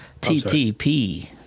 TTP